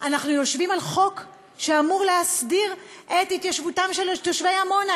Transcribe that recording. אנחנו יושבים על חוק שאמור להסדיר את התיישבותם של תושבי עמונה,